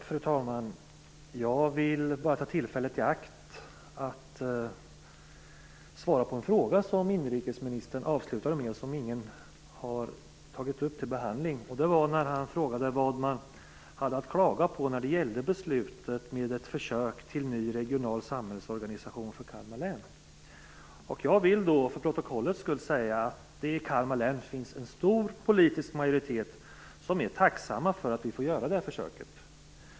Fru talman! Jag vill bara ta tillfället i akt och svara på en fråga som inrikesministern avslutade med och som ingen har tagit upp till behandling. Han frågade vad man hade att klaga på när det gällde beslutet om ett försök till ny regional samhällsorganisation för Jag vill då, för protokollets skull, säga att det i Kalmar län finns en stor politisk majoritet som är tacksam för att vi får göra det här försöket.